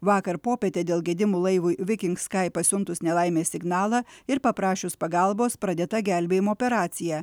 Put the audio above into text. vakar popietę dėl gedimų laivui viking skai pasiuntus nelaimės signalą ir paprašius pagalbos pradėta gelbėjimo operacija